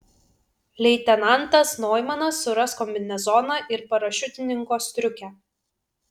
leitenantas noimanas suras kombinezoną ir parašiutininko striukę